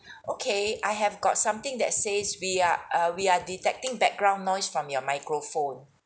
okay I have got something that says we are uh we are detecting background noise from your microphone